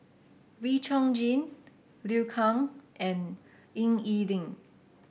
Wee Chong Jin Liu Kang and Ying E Ding